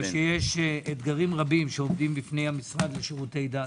כי יש אתגרים רבים שעומדים בפני המשרד לשירותי דת.